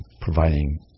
providing